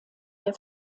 der